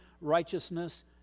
righteousness